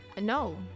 No